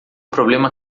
problema